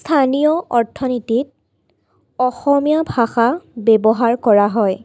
স্থানীয় অৰ্থনীতিত অসমীয়া ভাষা ব্যৱহাৰ কৰা হয়